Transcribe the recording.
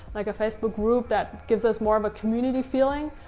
like a facebook group, that gives us more of a community feeling.